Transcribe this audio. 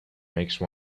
make